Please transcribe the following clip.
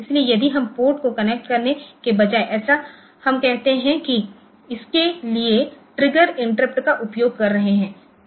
इसलिए यदि हम पोर्ट को कनेक्ट करने के बजाय ऐसा हम कहते हैं कि इसके लिए ट्रिगर इंटरप्ट का उपयोग कर रहे हैं